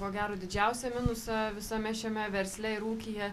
ko gero didžiausią minusą visame šiame versle ir ūkyje